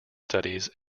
studies